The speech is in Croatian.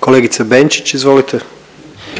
**Jandroković, Gordan